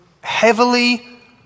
heavily